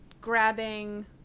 grabbing